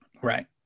Right